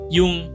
yung